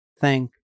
thank